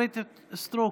סטרוק,